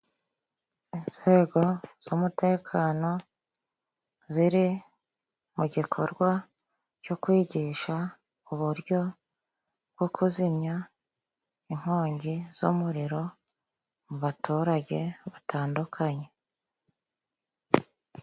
Inzego z'umutekano ziri mu gikorwa cyo kwigisha uburyo bwo kuzimya inkongi z'umuriro mu baturage batandukanye.